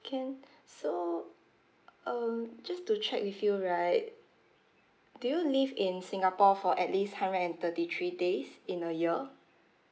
can so uh just to check with you right do you live in singapore for at least hundred and thirty three days in a year